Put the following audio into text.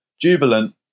Jubilant